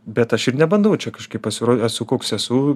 bet aš ir nebandau čia kažkaip pasirodyt esu koks esu